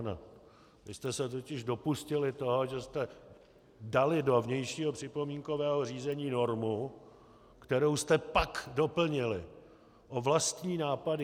Vy jste se totiž dopustili toho, že jste dali do vnějšího připomínkového řízení normu, kterou jste pak doplnili o vlastní nápady.